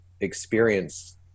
experience